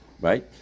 right